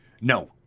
No